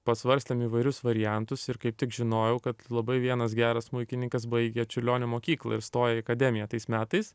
pasvarstėm įvairius variantus ir kaip tik žinojau kad labai vienas geras smuikininkas baigė čiurlionio mokyklą ir įstojo į akademiją tais metais